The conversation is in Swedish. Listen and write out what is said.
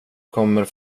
kommer